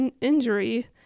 injury